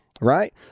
right